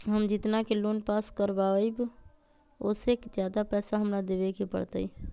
हम जितना के लोन पास कर बाबई ओ से ज्यादा पैसा हमरा देवे के पड़तई?